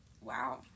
wow